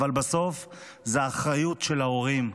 אבל בסוף זו אחריות של ההורים.